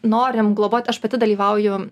norim globot aš pati dalyvauju